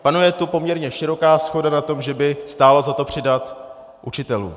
Panuje tu poměrně široká shoda na tom, že by stálo za to přidat učitelům.